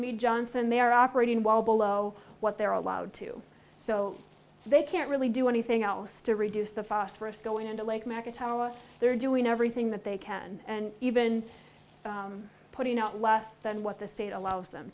me johnson they are operating well below what they are allowed to so they can't really do anything else to reduce the phosphorous going into lake macca tell us they're doing everything that they can and even putting out less than what the state allows them